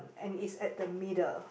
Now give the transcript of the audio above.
and it's at the middle